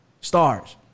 stars